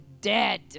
dead